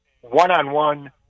one-on-one